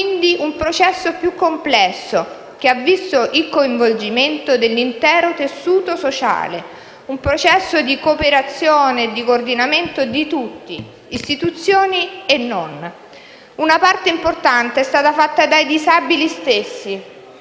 quindi un processo più complesso che ha visto il coinvolgimento dell'intero tessuto sociale, un processo di cooperazione e di coordinamento di tutti, istituzioni e non. Una parte importante è stata fatta dai disabili stessi,